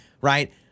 right